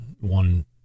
one